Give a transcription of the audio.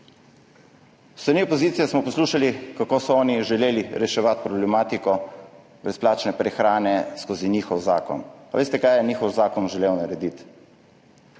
S strani opozicije smo poslušali, kako so oni želeli reševati problematiko brezplačne prehrane skozi njihov zakon. A veste, kaj je njihov zakon želel narediti?